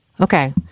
okay